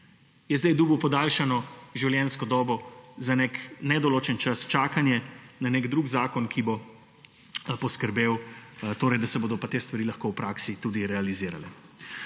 je zdaj dobilo podaljšano življenjsko dobo za nek nedoločen čas, čakanje na nek drug zakon, ki bo poskrbel, da se bodo pa te stvari lahko v praksi tudi realizirale.